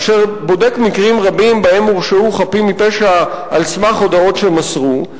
אשר בודק מקרים רבים שבהם הורשעו חפים מפשע על סמך הודאות שמסרו,